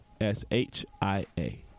s-h-i-a